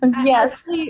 yes